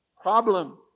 problem